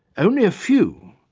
only a few,